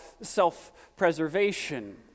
self-preservation